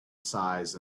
size